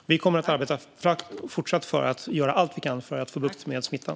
Vi kommer att fortsätta arbeta för att göra allt vi kan för att få bukt med smittan.